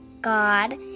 God